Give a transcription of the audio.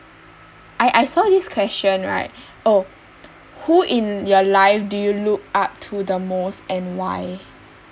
I I saw this question right oh who in your life do you look up to the most and why